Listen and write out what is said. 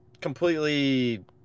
completely